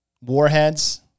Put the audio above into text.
Warheads